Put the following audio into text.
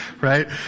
Right